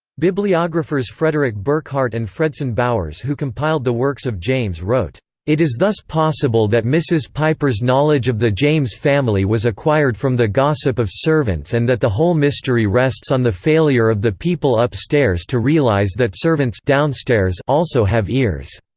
bibliographers frederick burkhardt and fredson bowers who compiled the works of james wrote it is thus possible that mrs. piper's knowledge of the james family was acquired from the gossip of servants and that the whole mystery rests on the failure of the people upstairs to realize that servants also have ears.